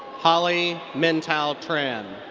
hollie minhthu tran.